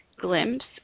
glimpse